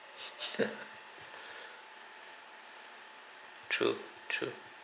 true true